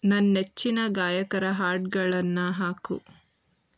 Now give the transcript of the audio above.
ನನ್ನ ನೆಚ್ಚಿನ ಗಾಯಕರ ಹಾಡುಗಳನ್ನ ಹಾಕು